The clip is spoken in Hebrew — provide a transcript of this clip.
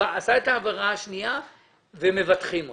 עשה את העבירה השנייה ומבטחים אותו.